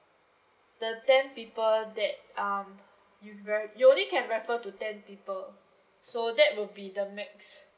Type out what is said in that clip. the ten people that um you ref~ you only can referral to ten people so that will be the max